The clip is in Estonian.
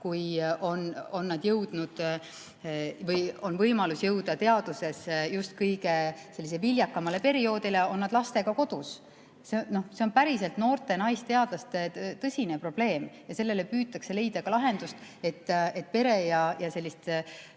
kui nad on jõudnud või neil on võimalus jõuda teaduses kõige viljakamale perioodile, on lastega kodus. See on päriselt noorte naisteadlaste tõsine probleem ja sellele püütakse leida lahendust, et pere- ja teadlase